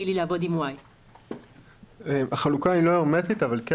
לי לעבוד עם Y". החלוקה היא לא הרמטית אבל כן